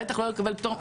בטח לא לקבל פטור,